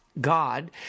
God